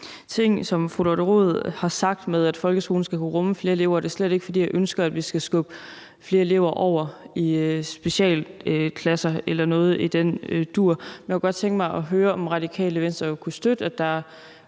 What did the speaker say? ting, som fru Lotte Rod har sagt om, at folkeskolen skal kunne rumme flere elever. Det er slet ikke, fordi jeg ønsker, at vi skal skubbe flere elever over i specialklasser eller noget i den dur. Men jeg kunne godt tænke mig at høre, om Radikale Venstre kunne støtte, at der